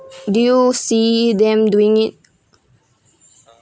do you see them doing it